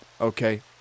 okay